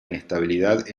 inestabilidad